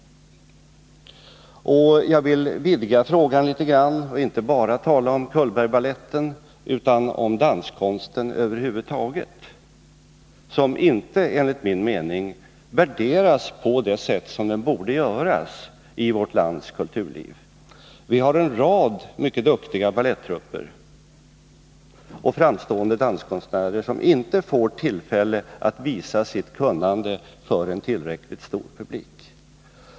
Jag vill vidga frågan litet grand och inte bara tala om Cullbergbaletten utan om danskonsten över huvud taget, som enligt min mening inte värderas på det sätt som den borde göra i vårt lands kulturliv. Vi har en rad mycket duktiga balettrupper och framstående danskonstnärer som inte får tillfälle att visa sitt kunnande för en tillräckligt stor publik.